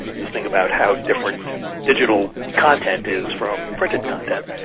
just think about how different digital content is from printed content.